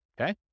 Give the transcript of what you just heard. Okay